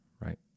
right